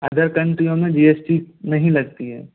other कंट्रियों में G S T नहीं लगती है